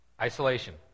isolation